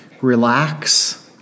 relax